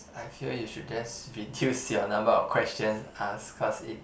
I feel you should just reduce your number of questions asked cause it